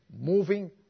moving